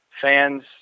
fans